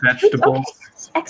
vegetables